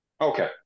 Okay